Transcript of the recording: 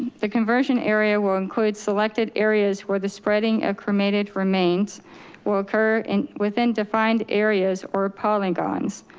the conversion area will include selected areas where the spreading of cremated remains will occur and within defined areas or polygons.